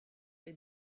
est